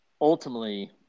ultimately